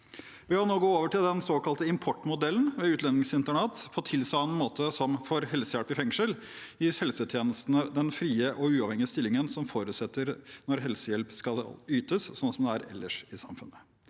til den såkalte importmodellen ved utlendingsinternat, på tilsvarende måte som for helsehjelp i fengsel, gis helsetjenestene den frie og uavhengige stillingen som forutsettes når helsehjelp skal ytes, slik det er ellers i samfunnet.